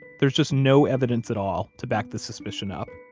there's just no evidence at all to back this suspicion up.